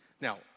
Now